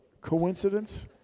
Coincidence